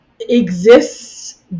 exists